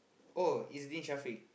oh is Deen Shafiq